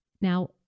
Now